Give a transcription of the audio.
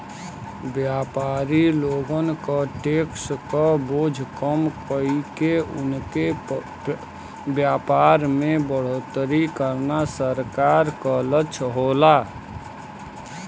व्यापारी लोगन क टैक्स क बोझ कम कइके उनके व्यापार में बढ़ोतरी करना सरकार क लक्ष्य होला